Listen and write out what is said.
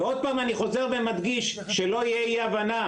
ועוד פעם אני חוזר ומדגיש, שלא תהיה אי הבנה.